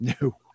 no